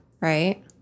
Right